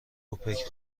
اوپک